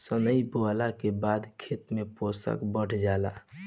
सनइ बोअला के बाद खेत में पोषण बढ़ जाला